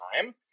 time